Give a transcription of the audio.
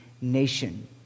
nation